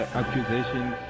accusations